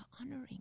honoring